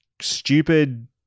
stupid